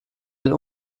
den